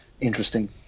Interesting